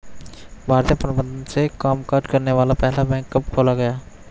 भारतीय प्रबंधन से कामकाज करने वाला पहला बैंक कब खोला गया?